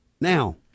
now